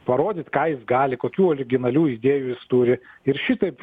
parodyt ką jis gali kokių originalių idėjų jis turi ir šitaip